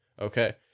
okay